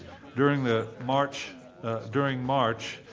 during the march during march,